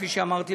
כפי שאמרתי,